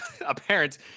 apparent